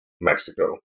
Mexico